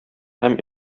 һәм